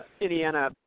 Indiana